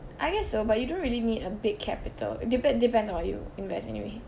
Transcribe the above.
I guess so but you don't really need a big capital depe~ depends on what you invest anyway